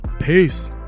Peace